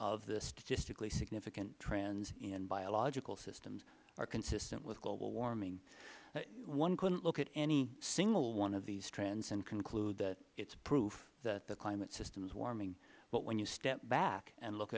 of the statistically significant trends in biological systems are consistent with global warming one couldn't look at any single one of these trends and conclude that it is proof that the climate system is warming but when you step back and look